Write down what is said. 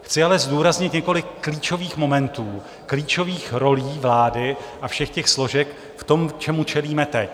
Chci ale zdůraznit několik klíčových momentů, klíčových rolí vlády a všech složek v tom, čemu čelíme teď.